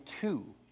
two